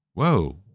whoa